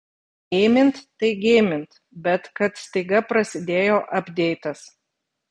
geimint tai geimint bet kad staiga prasidėjo apdeitas